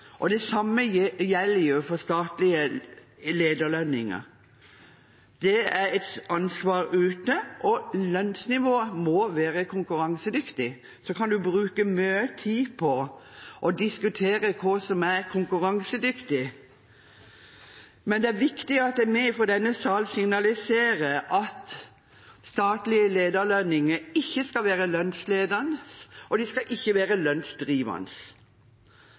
virksomhetene. Det samme gjelder for statlige lederlønninger, det er et ansvar ute, og lønnsnivået må være konkurransedyktig. Så kan man bruke mye tid på å diskutere hva som er konkurransedyktig. Men det er viktig at vi fra denne sal signaliserer at statlige lederlønninger ikke skal være lønnsledende, og de skal ikke være lønnsdrivende.